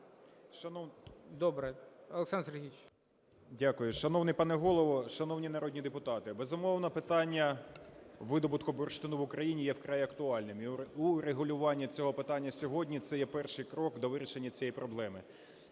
Добре. Олександр Сергійович. 13:50:41 КОЛТУНОВИЧ О.С. Дякую. Шановний пане Голово, шановні народні депутати! Безумовно, питання видобутку бурштину в Україні є вкрай актуальним, і урегулювання цього питання сьогодні – це є перший крок до вирішення цієї проблеми.